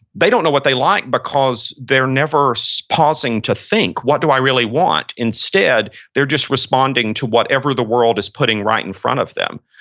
they don't know what they like because they're never so pausing to think, what do i really want? instead they're just responding to whatever the world is putting right in front of them.